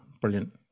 Brilliant